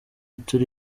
turi